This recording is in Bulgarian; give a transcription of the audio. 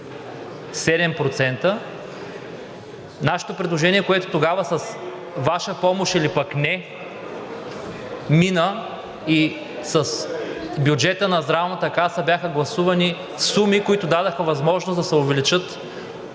Нашето предложение, което тогава с Ваша помощ или пък не, мина и с бюджета на Здравната каса бяха гласувани суми, които дадоха възможност да се увеличат